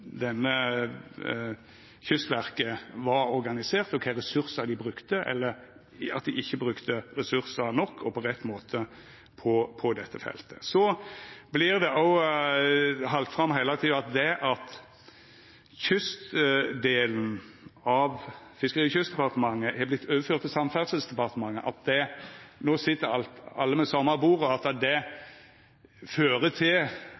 Kystverket var organisert, og kva for ressursar dei brukte – eller at dei ikkje brukte ressursar nok og på rett måte på dette feltet. Så vert det òg halde fram heile tida at det at kystdelen av Fiskeri- og kystdepartementet har vorte overført til Samferdselsdepartementet – at no sit alle ved same bordet – fører til at no vert dette feltet prioritert høgare. Det